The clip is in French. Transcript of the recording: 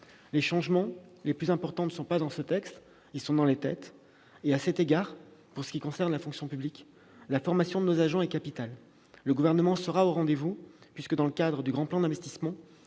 Les changements les plus importants ne sont pas dans les textes, ils sont dans les têtes. À cet égard, pour ce qui concerne la fonction publique, la formation de nos agents est capitale. Le Gouvernement sera au rendez-vous : dans le cadre du Grand plan d'investissement,